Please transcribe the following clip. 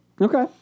Okay